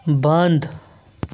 بنٛد